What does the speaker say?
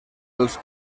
els